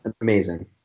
Amazing